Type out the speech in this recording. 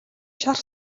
шарх